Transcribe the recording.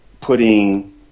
putting